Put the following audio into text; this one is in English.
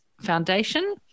Foundation